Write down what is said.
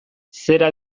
zera